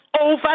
over